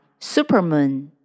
Supermoon